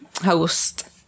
host